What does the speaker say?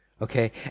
Okay